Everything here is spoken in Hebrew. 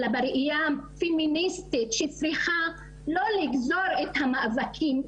אלא בראייה פמיניסטית שצריכה לא לגזור את המאבקים,